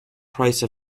price